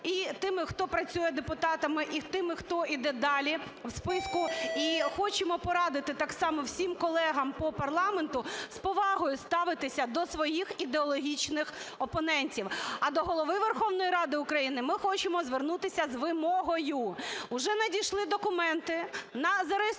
і тими, хто працює депутатами, і тими, хто йде далі в списку, і хочемо порадити так само всім колегам по парламенту з повагою ставитися до своїх ідеологічних опонентів. А до Голови Верховної Ради України ми хочемо звернутися з вимогою. Уже надійшли документи на зареєстрованого